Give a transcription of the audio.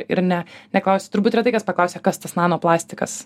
ir ne neklausia turbūt retai kas paklausia kas tas nano plastikas